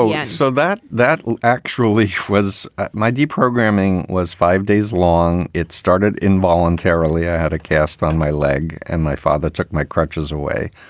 ah yes so that that actually was my deprogramming was five days long. it started in voluntarily. i had a cast on my leg and my father took my crutches away.